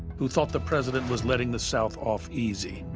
who thought the president was letting the south off easy.